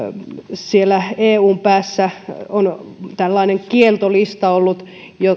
siellä eun päässä on tällainen kieltolista ollut